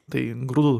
tai grūdų